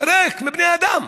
ריק מבני אדם.